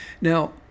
Now